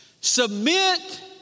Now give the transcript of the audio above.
Submit